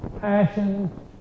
passion